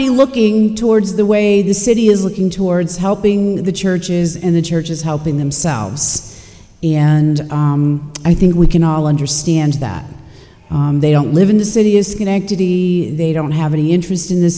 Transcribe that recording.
be looking towards the way the city is looking towards helping the churches in the churches helping themselves and i think we can all understand that they don't live in the city is schenectady they don't have any interest in the